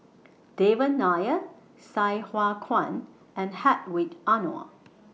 Devan Nair Sai Hua Kuan and Hedwig Anuar